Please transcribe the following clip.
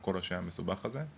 על כל השם המסובך הזה,